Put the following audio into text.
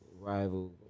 rival